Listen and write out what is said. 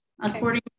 according